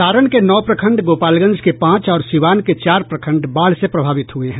सारण के नौ प्रखंड गोपालगंज के पांच और सिवान के चार प्रखंड बाढ़ से प्रभावित हुए हैं